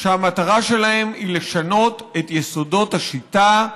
שהמטרה שלהם היא לשנות את יסודות השיטה,